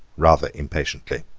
rather impatiently.